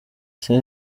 ese